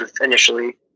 initially